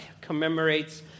commemorates